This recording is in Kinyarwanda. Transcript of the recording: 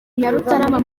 nyarutarama